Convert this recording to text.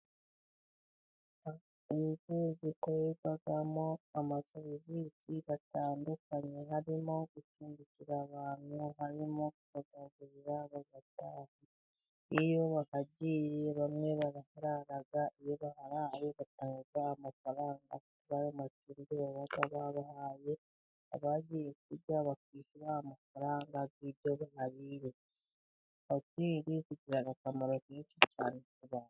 Inzu ikorerwamo amaserivisi atandukanye harimo gucumbikira abantu, harimo kubagaburira bakaryama. Iyo bahagiye bamwe baraharara batanga amafaranga y'amacumbi baba babahaye, abagiye kurya bakishyura amafaranga y'ibyo nariye. Hoteli itugirira akamaro kenshi cyane.